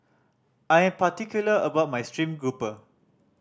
I am particular about my steamed grouper